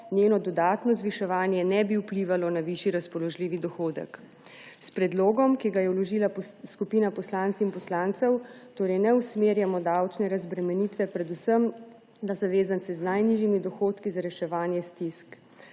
njeno dodatno zviševanje ne bi vplivalo na višji razpoložljivi dohodek. S predlogom, ki ga je vložila skupina poslank in poslancev, torej ne usmerjamo davčne razbremenitve predvsem na zavezance z najnižjimi dohodki za reševanje stisk.